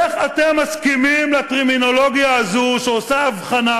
איך אתם מסכימים לטרמינולוגיה הזאת, שעושה הבחנה